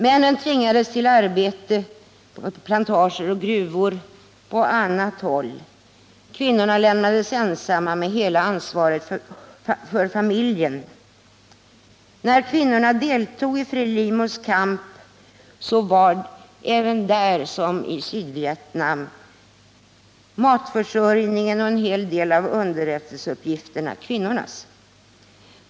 Männen tvingades till arbete på plantager och i gruvor långt från hemmet — kvinnorna lämnades ensamma med hela ansvaret för familjen. När kvinnorna deltog i FRELIMO:s kamp var liksom i Vietnam matförsörjningen och en hel del av underrättelseuppgifterna kvinnornas.